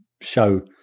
show